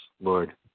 Lord